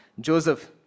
Joseph